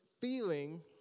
feeling